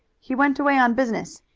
he went away on business.